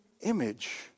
image